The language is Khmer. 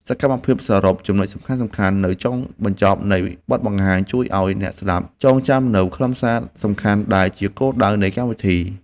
សកម្មភាពសរុបចំណុចសំខាន់ៗនៅចុងបញ្ចប់នៃបទបង្ហាញ ជួយឱ្យអ្នកស្ដាប់ចងចាំនូវខ្លឹមសារសំខាន់ដែលជាគោលដៅនៃកម្មវិធី។